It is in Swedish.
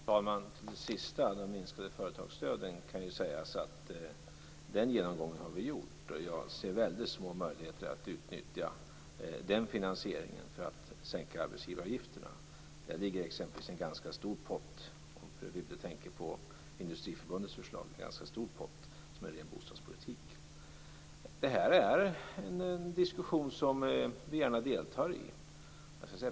Fru talman! Om det sista, de minskade företagsstöden, kan ju sägas att den genomgången har vi gjort. Jag ser väldigt små möjligheter att utnyttja den finansieringen för att sänka arbetsgivareavgifterna. Där ligger exempelvis en ganska stor pott, om fru Wibble tänker på Industriförbundets förslag, som är ren bostadspolitik. Detta är en diskussion som vi gärna deltar i.